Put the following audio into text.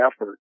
effort